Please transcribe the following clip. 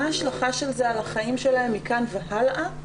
מה ההשלכה של זה על החיים שלהם מכאן והלאה.